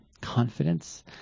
confidence